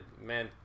man